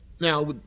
now